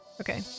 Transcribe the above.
okay